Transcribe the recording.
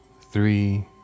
three